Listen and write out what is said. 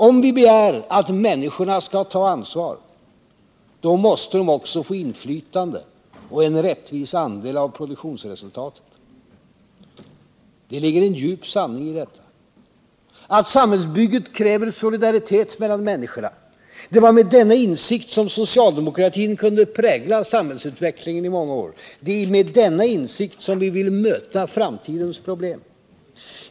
Om vi begär att människorna skall ta ansvar — då måste de också få inflytande och en rättvis andel av produktionsresultatet. Det ligger en djup sanning i detta — att samhällsbygget kräver solidaritet mellan människorna. Det var med denna insikt som socialdemokratin kunde prägla samhällsutvecklingen i många år. Det är med denna insikt som vi vill möta framtidens problem.